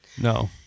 no